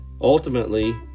Ultimately